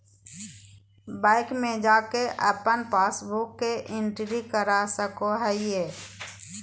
bank में जाके अपन पासबुक के एंट्री करा सको हइ